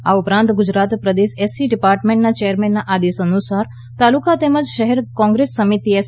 આ ઉપરાંત ગુજરાત પ્રદેશ એસસી ડિપાર્ટમેન્ટના ચેરમેન આદેશ અનુસાર તાલુકા તેમજ શહેર કોંગ્રેસ સમિતિ એસ